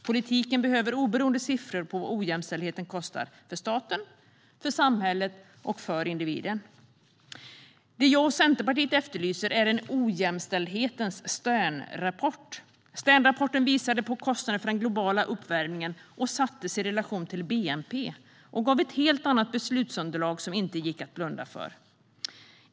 Politiken behöver oberoende siffror på vad ojämställdheten kostar för staten, för samhället och för individen. Det jag och Centerpartiet efterlyser är en ojämställdhetens Sternrapport. Sternrapporten visade på kostnaderna för den globala uppvärmningen och sattes i relation till bnp och gav ett helt annat beslutsunderlag som det inte gick att blunda för.